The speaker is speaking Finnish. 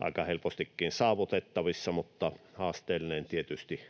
aika helpostikin saavutettavissa mutta haasteellinen tietysti